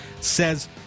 says